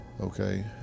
Okay